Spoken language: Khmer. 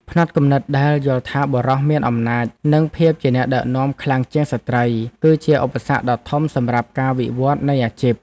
ផ្នត់គំនិតដែលយល់ថាបុរសមានអំណាចនិងភាពជាអ្នកដឹកនាំខ្លាំងជាងស្ត្រី គឺជាឧបសគ្គដ៏ធំសម្រាប់ការវិវត្តនៃអាជីព។